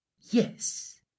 Yes